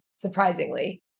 surprisingly